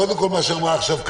קודם כל, מה שאמרה עכשיו קארין,